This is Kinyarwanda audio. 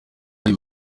ari